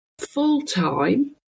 full-time